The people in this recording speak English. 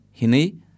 Hini